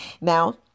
now